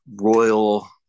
Royal